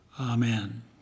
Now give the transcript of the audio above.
Amen